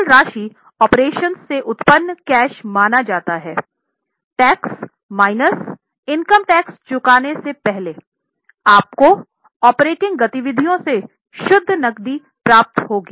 कुल राशि ऑपरेशंस से उत्पन्न कैश माना जाता हैटैक्स माइनस इनकम टैक्स चुकाने से पहले आपको ऑपरेटिंग गतिविधियों से शुद्ध नक़दी प्राप्त होगी